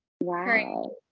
wow